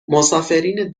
مسافرین